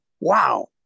wow